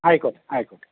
ആയിക്കോട്ടെ ആയിക്കോട്ടെ